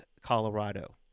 Colorado